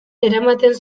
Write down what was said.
eramaten